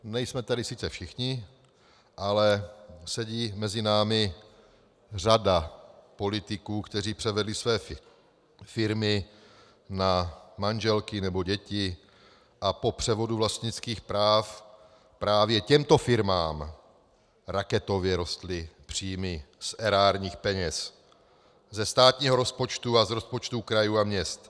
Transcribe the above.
Nejsme tady sice všichni, ale sedí mezi námi řada politiků, kteří převedli své firmy na manželky nebo děti a po převodu vlastnických práv právě těmto firmám raketově rostly příjmy z erárních peněz, ze státního rozpočtu a rozpočtů krajů a měst.